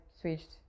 switched